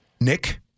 Nick